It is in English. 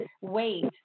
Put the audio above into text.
wait